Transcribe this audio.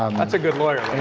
um that's a good lawyer